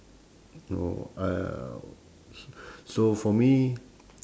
oh uh so for me